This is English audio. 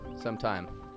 sometime